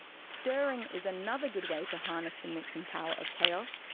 stirring is another good way to harness the mixing power of chaos,